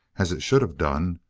as it should have done,